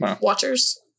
watchers